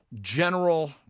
general